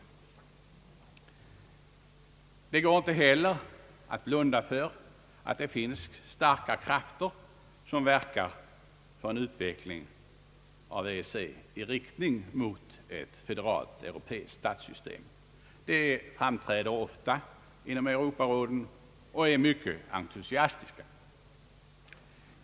Det går förvisso ej att blunda för att det finns starka krafter som verkar för en utveckling av EEC i riktning mot ett federalt europeiskt statssystem. De framträder ofta inom Europarådet och är mycket entusiastiska.